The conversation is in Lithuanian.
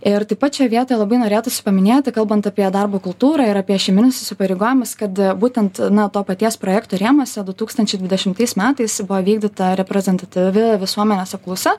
ir taip pat šioje vietoje labai norėtųsi paminėti kalbant apie darbo kultūrą ir apie šeiminius įsipareigojimus kad būtent na to paties projekto rėmuose du tūkstančiai dvidešimtais metais buvo vykdyta reprezentatyvi visuomenės apklausa